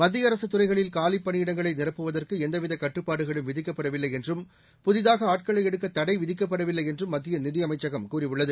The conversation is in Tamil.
மத்திய அரசு துறைகளில் காலிப் பணியிடங்களை நிரப்புவதற்கு எந்தவித கட்டுப்பாடுகளும் விதிக்கப்படவில்லை என்றும் புதிதாக ஆட்களை எடுக்க தடை விதிக்கப்படவில்லை என்றும் மத்திய நிதியமைச்சகம் கூறியுள்ளது